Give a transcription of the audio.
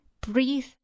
Breathe